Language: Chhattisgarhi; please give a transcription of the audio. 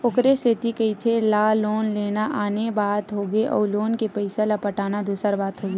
ओखरे सेती कहिथे ना लोन लेना आने बात होगे अउ लोन के पइसा ल पटाना दूसर बात होगे